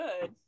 good